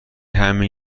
همین